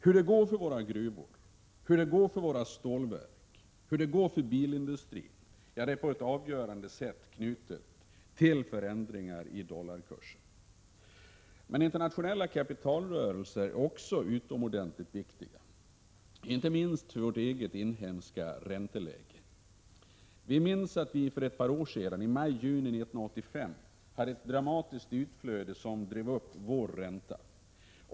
Hur det går för våra gruvor, våra stålverk och vår bilindustri är på ett avgörande sätt knutet till förändringar i dollarkursen. Men internationella kapitalrörelser är också utomordentligt viktiga, inte minst för vårt inhemska ränteläge. Alla minns att vi i maj och juni 1985 hade ett dramatiskt valutautflöde, som drev upp vår ränta.